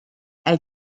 elle